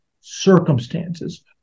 circumstances